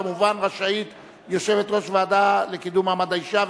כמובן רשאית יושבת-ראש הוועדה לקידום מעמד האשה,